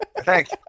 Thanks